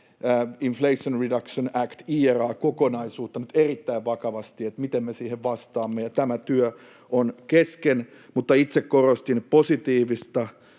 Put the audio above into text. Inflation Reduction Act-, IRA-kokonaisuutta, nyt erittäin vakavasti, sitä, miten me siihen vastaamme, ja tämä työ on kesken. Mutta itse korostin positiivista